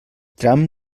tram